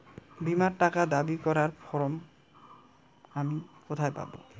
বীমার টাকা দাবি করার ফর্ম আমি কোথায় পাব?